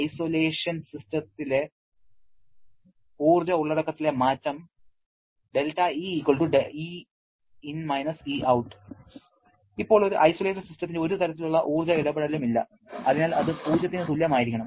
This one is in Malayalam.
ഐസൊലേഷൻ സിസ്റ്റത്തിലെ ഊർജ്ജ ഉള്ളടക്കത്തിലെ മാറ്റം ΔE Ein − Eout ഇപ്പോൾ ഒരു ഐസൊലേറ്റഡ് സിസ്റ്റത്തിന് ഒരു തരത്തിലുമുള്ള ഊർജ്ജ ഇടപെടലും ഇല്ല അതിനാൽ അത് 0 ന് തുല്യമായിരിക്കണം